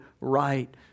right